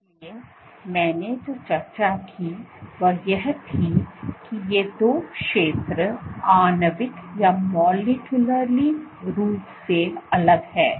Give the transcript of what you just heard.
इसलिए मैंने जो चर्चा की वह यह थी कि ये दो क्षेत्र आणविक रूप से अलग हैं